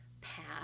path